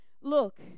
Look